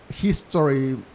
History